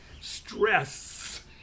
stress